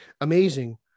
amazing